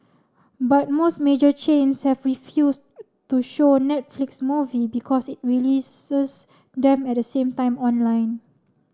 but most major chains have refused to show Netflix movie because it releases them at the same time online